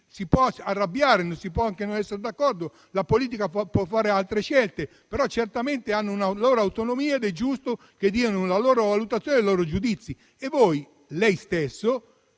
quindi arrabbiare, si può anche non essere d'accordo e la politica può fare altre scelte, però certamente tali istituzioni hanno una loro autonomia ed è giusto che diano la loro valutazione e i loro giudizi. Lei stesso